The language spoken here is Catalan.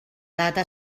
data